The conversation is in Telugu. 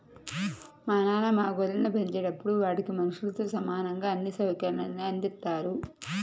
మా నాన్న మా గొర్రెలను పెంచేటప్పుడు వాటికి మనుషులతో సమానంగా అన్ని సౌకర్యాల్ని అందిత్తారు